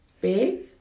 big